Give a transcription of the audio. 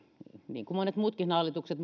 niin kuin monen muunkin hallituksen